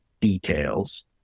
details